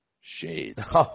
shades